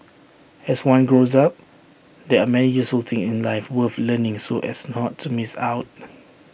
as one grows up there are many useful things in life worth learning so as not to miss out